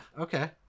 Okay